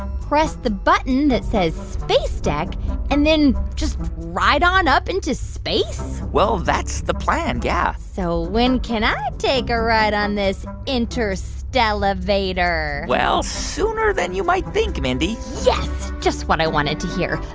press the button that says space deck and then just ride on up into space? well, that's the plan. yeah so when can i take a ride on this interstella-vator? well, sooner than you might think, mindy yes. just what i wanted to hear.